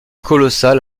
colossale